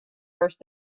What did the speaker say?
first